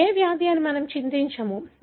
ఇది ఏ వ్యాధి అని మనం చింతించము